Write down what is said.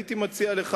הייתי מציע לך,